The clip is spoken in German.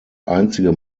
einzige